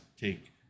take